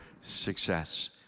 success